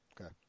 Okay